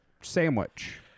sandwich